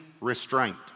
restraint